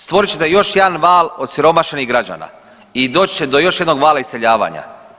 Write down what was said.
Stvorit ćete još jedan val osiromašenih građana i doći će do još jednog vala iseljavanja.